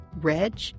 Reg